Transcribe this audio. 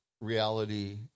reality